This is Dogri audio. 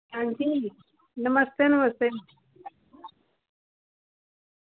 हां जी नमस्ते नमस्ते